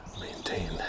maintain